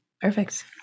Perfect